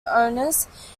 owners